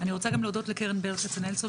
אני רוצה גם להודות לקרן ברל כצנלסון